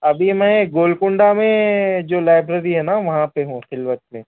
ابھی میں گولکنڈہ میں جو لائبریری ہے نا وہاں پہ ہوں فی الوقت میں